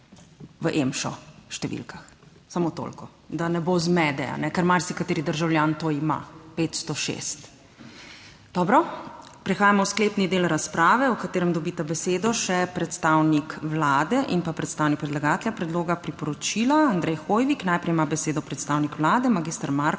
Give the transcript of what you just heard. v EMŠO številkah. Samo toliko, da ne bo zmede. Ker marsikateri državljan to ima, 506 Dobro, prehajamo v sklepni del razprave, v katerem dobita besedo še predstavnik Vlade in predstavnik predlagatelja predloga priporočila, Andrej Hoivik. Najprej ima besedo predstavnik Vlade, magister Marko